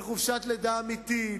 מחופשת לידה אמיתית,